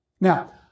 Now